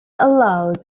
allows